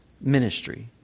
ministry